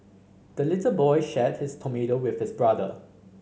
the little boy shared his tomato with his brother